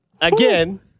again